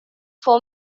for